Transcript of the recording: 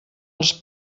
els